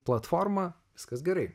platformą viskas gerai